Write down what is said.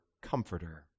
Comforter